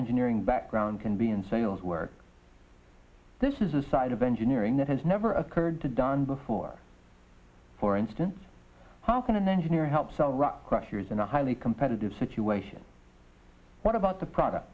engineering background can be in sales work this is a side of engineering that has never occurred to done before for instance how can an engineer help sell pressures in a highly competitive situation what about the product